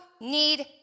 need